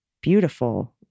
beautiful